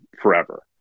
forever